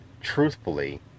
truthfully